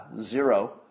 zero